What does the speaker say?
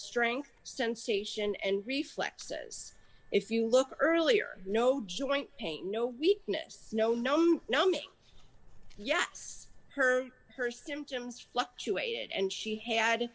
strength sensation and reflexes if you look earlier no joint pain no weakness no no no no no yes her her symptoms fluctuated and she had